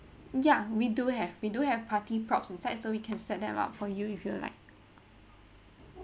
ya we do have we do have party props inside so we can set them up for you if you like